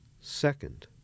Second